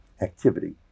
activity